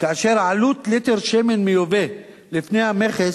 כאשר עלות ליטר שמן מיובא, לפני המכס,